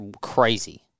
crazy